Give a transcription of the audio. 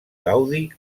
gaudi